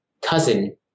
cousin